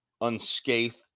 unscathed